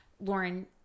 Lauren